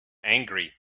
angry